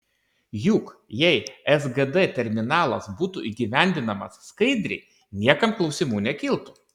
juk jei sgd terminalas būtų įgyvendinamas skaidriai niekam klausimų nekiltų